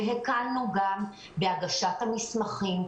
הקלנו בהגשת המסמכים,